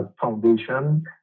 foundation